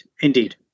indeed